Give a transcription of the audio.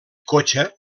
cotxe